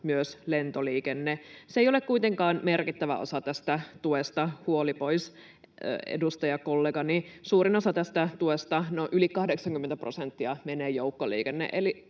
myös lentoliikenne. Se ei ole kuitenkaan merkittävä osa tästä tuesta — huoli pois, edustajakollegani. Suurin osa tästä tuesta, yli 80 prosenttia, menee joukkoliikenteelle,